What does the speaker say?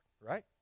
right